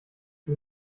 die